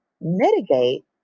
mitigate